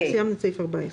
סיימנו לקרוא את תקנה